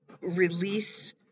release